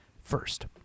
First